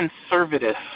conservative